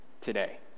today